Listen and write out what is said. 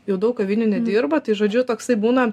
jau daug kavinių nedirba tai žodžiu toksai būna